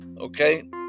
Okay